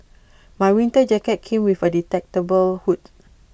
my winter jacket came with A detachable hood